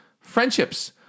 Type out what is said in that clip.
friendships